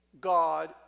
God